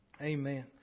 Amen